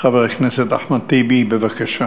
חבר הכנסת אחמד טיבי, בבקשה.